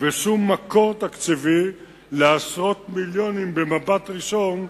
ושום מקור תקציבי לעשרות מיליונים, במבט ראשון,